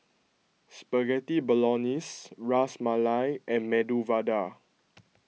Spaghetti Bolognese Ras Malai and Medu Vada